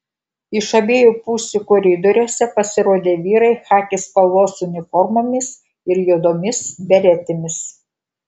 iš abiejų pusių koridoriuose pasirodė vyrai chaki spalvos uniformomis ir juodomis beretėmis